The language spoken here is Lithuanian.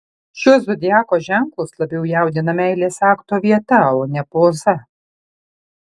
šiuos zodiako ženklus labiau jaudina meilės akto vieta o ne poza